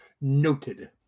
Noted